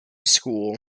school